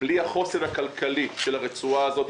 בלי החוסן הכלכלי של הרצועה הזאת,